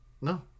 No